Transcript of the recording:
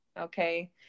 Okay